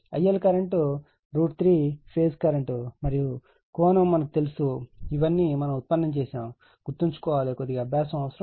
IL current √3 phase current మరియు angle మనకు తెలుసు ఇవన్నీ మనం ఉత్పన్నం చేసాము కొంచెం గుర్తుంచుకోవాలి కొద్దిగా అభ్యాసం అవసరం